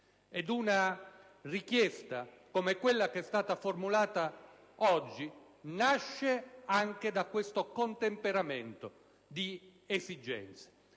Una richiesta, come quella che è stata formulata oggi, nasce anche da questa conciliazione di esigenze.